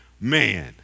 man